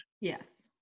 Yes